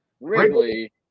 Wrigley